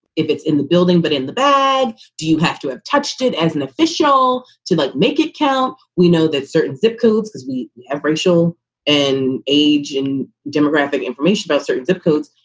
if it's in the building, but in the bag. do you have to have touched it as an official to like make it count? we know that certain zip codes, because we have racial and age and demographic information, that certain zip codes,